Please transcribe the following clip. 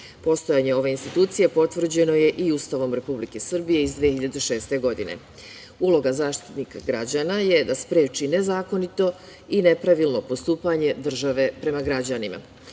građana. Postojanje ove institucije potvrđeno je i Ustavom Republike Srbije iz 2006. godine. Uloga Zaštitnika građana je da spreči nezakonito i nepravilno postupanje države prema građanima. Još